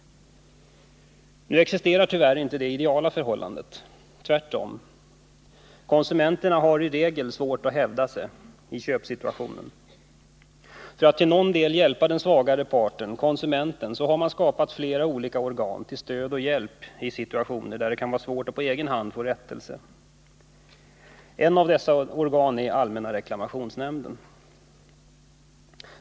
Nu existerar tyvärr inte det ideala förhållandet. Tvärtom. Konsumenterna hari regel svårt att hävda sig i köpsituationen. För att till någon del hjälpa den svagare parten — konsumenten — har man skapat flera olika organ till stöd och hjälp i situationer där det kan vara svårt att på egen hand få rättelse. Ett av dessa organ är allmänna reklamationsnämnden.